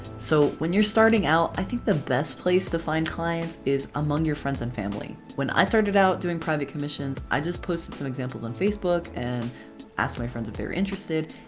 so when you're starting out i think the best place to find clients is among your friends and family. when i started out doing private commissions i just posted some examples on facebook and asked my friends if they were interested.